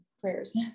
prayers